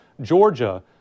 Georgia